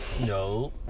No